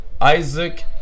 Isaac